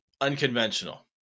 unconventional